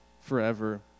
forever